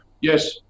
yes